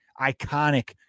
iconic